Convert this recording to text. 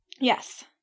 yes